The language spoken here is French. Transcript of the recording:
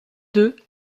deux